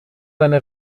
seine